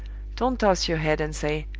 don't toss your head and say,